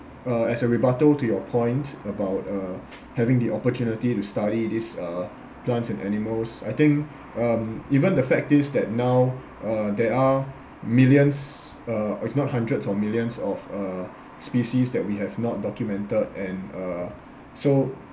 uh as a rebuttal to your point about uh having the opportunity to study this uh plants and animals I think um even the fact is that now uh there are millions uh if not hundreds of millions of uh species that we have not documented and uh so